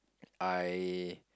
I